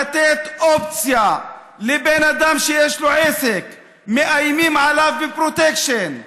לתת אופציה לבן אדם שיש לו עסק ומאיימים עליו בפרוטקשן,